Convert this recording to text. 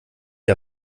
der